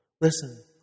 Listen